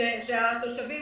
כדי שהתושבים